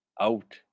out